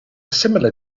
similar